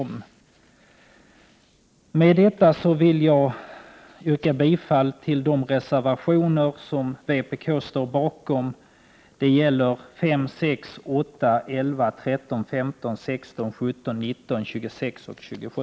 Med detta vill jag yrka bifall till de reservationer som vpk står bakom, nämligen 5, 6, 8, 11, 13, 15, 16, 17, 19, 26 och 27.